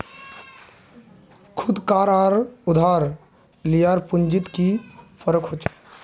खुद कार आर उधार लियार पुंजित की फरक होचे?